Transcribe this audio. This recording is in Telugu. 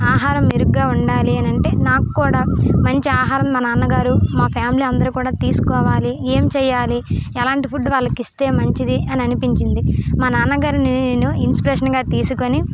ఆహారం మెరుగ్గా ఉండాలి అంటే నాకు కూడా మంచి ఆహారం మా నాన్నగారు మా ఫ్యామిలీ అందరు కూడా తీసుకోవాలి ఏం చేయాలి ఎలాంటి ఫుడ్ వాళ్లకు ఇస్తే మంచిది అని అనిపించింది మా నాన్నగారు నేను ఇన్సిపిరేషన్గా తీసుకొని